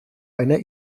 einer